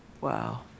Wow